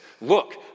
look